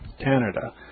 Canada